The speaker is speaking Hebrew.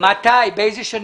באיזה שנים?